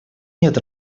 нет